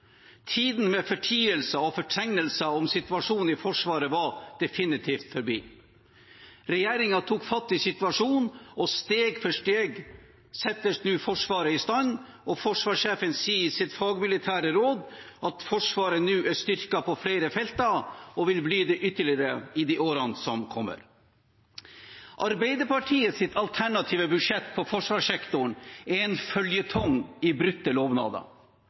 Tiden med fortielser om og fortrengning av situasjonen i Forsvaret var definitivt forbi. Regjeringen tok fatt i situasjonen, og steg for steg settes nå Forsvaret i stand. Forsvarssjefen sier i sitt fagmilitære råd at Forsvaret nå er styrket på flere felter og vil bli det ytterligere i årene som kommer. Arbeiderpartiets alternative budsjett på forsvarssektoren er en føljetong i brutte lovnader.